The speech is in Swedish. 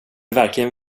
verkligen